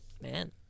Man